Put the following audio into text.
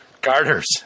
Garters